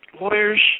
lawyers –